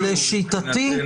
-- גם אמהרית ורוסית.